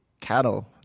cattle